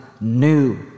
new